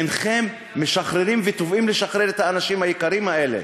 אינכם משחררים ותובעים לשחרר את האנשים היקרים האלה?